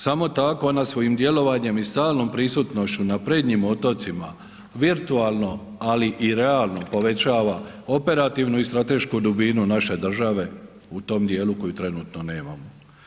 Samo tako ona svojim djelovanjem i stalnom prisutnošću na prednjim otocima virtualno ali i realno povećava operativnu i stratešku dubinu naše države u tom dijelu koji trenutno nemamo.